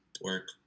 work